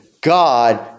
God